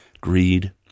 greed